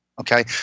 okay